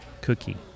cookie